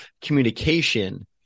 communication